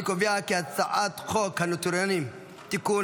אני קובע כי הצעת חוק הנוטריונים (תיקון,